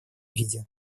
виде